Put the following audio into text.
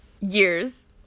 years